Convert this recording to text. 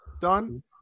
done